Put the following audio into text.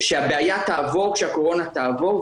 שהבעיה תעבור כשהקורונה תעבור,